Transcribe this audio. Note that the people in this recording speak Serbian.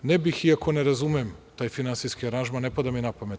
Ne bih, iako ne razumem taj finansijski aranžman, ne pada mi na pamet.